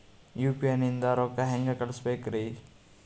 UPI ನಿಂದ ರೊಕ್ಕ ಹೆಂಗ ಕಳಸಬೇಕ್ರಿ?